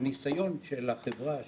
הניסיון של החברה שאנחנו,